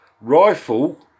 Rifle